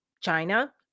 China